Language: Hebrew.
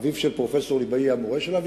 אביו של פרופסור ליבאי היה מורה שלה,